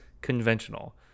conventional